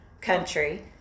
country